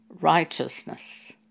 righteousness